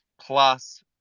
plus